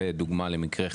ודוגמה למקרה חריג.